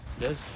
yes